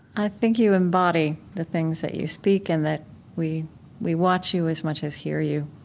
i think you embody the things that you speak, and that we we watch you as much as hear you.